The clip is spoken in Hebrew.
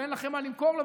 אין לכם מה למכור לו,